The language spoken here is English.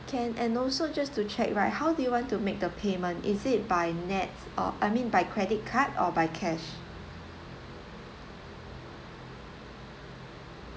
can and also just to check right how do you want to make the payment is it by next uh I mean by credit card or by cash